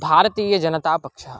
भारतीयजनतापक्षः